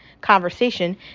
conversation